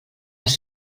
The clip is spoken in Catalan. les